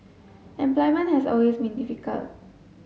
employment has always been difficult